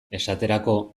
esaterako